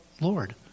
Lord